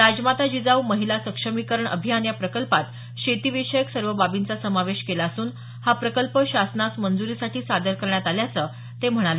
राजमाता जिजाऊ महिला सक्षमीकरण अभियान या प्रकल्पात शेती विषयक सर्व बाबींचा समावेश केला असून हा प्रकल्प शासनास मंजुरीसाठी सादर करण्यात आल्याचं ते म्हणाले